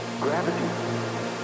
Gravity